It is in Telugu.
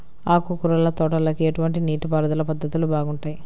ఆకుకూరల తోటలకి ఎటువంటి నీటిపారుదల పద్ధతులు బాగుంటాయ్?